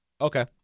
Okay